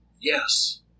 Yes